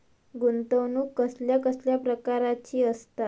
गुंतवणूक कसल्या कसल्या प्रकाराची असता?